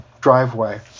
driveway